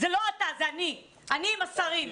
לא אתה אלא אני עם השרים.